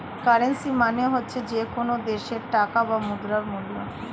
currency মানে হচ্ছে যে কোনো দেশের টাকার বা মুদ্রার মূল্য